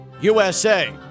USA